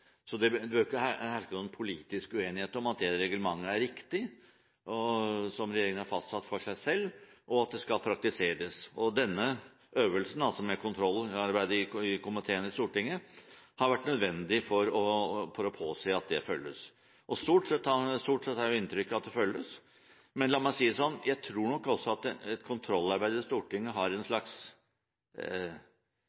Så det bør ikke herske noen politisk uenighet om at reglementet – som regjeringen har fastsatt for seg selv – er riktig, og at det skal praktiseres. Kontrollarbeidet i komiteen i Stortinget har vært nødvendig for å påse at dette følges. Stort sett har vi inntrykk av at det følges. Men la meg si det slik: Jeg tror nok også at et kontrollarbeid i Stortinget har en